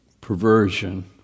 perversion